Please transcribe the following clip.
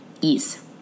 Ease